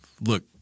look